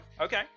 Okay